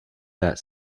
that